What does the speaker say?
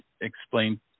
explain